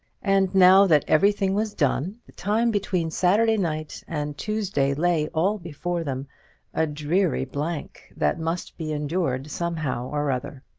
and now that everything was done, the time between saturday night and tuesday lay all before them a dreary blank, that must be endured somehow or other.